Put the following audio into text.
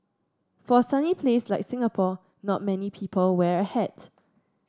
for a sunny place like Singapore not many people wear a hat